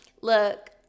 Look